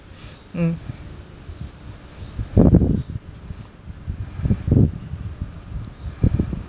mm